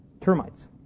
termites